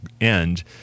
end